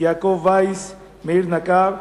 יעקב וייס ומאיר נקר.